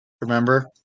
remember